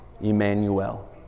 Emmanuel